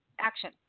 Action